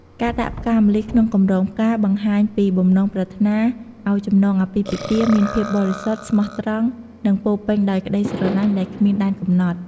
ការដាក់ផ្កាម្លិះក្នុងកម្រងផ្កាបង្ហាញពីបំណងប្រាថ្នាឱ្យចំណងអាពាហ៍ពិពាហ៍មានភាពបរិសុទ្ធ ស្មោះត្រង់ និងពោរពេញដោយក្តីស្រឡាញ់ដែលគ្មានដែនកំណត់។